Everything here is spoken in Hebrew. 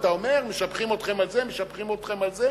ואתה אומר שמשבחים אתכם על זה ומשבחים אתכם על זה.